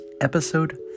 episode